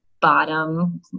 bottom